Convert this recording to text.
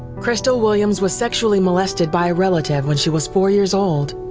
crystal williams was sexually molested by a relative when she was four years old.